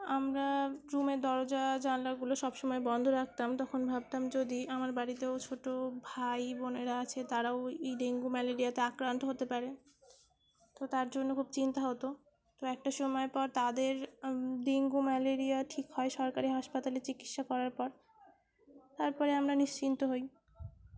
আমরা রুমের দরজা জানলাগুলো সবসময় বন্ধ রাখতাম তখন ভাবতাম যদি আমার বাড়িতেও ছোটো ভাই বোনেরা আছে তারাও এই ডেঙ্গু ম্যালেরিয়াতে আক্রান্ত হতে পারে তো তার জন্য খুব চিন্তা হতো তো একটা সময় পর তাদের ডেঙ্গু ম্যালেরিয়া ঠিক হয় সরকারি হাসপাতালে চিকিৎসা করার পর তারপরে আমরা নিশ্চিন্ত হই